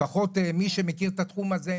לפחות מי שמכיר את התחום הזה,